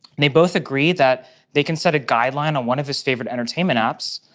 they both agree that they can set a guideline on one of his favorite entertainment apps.